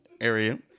area